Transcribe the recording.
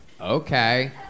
Okay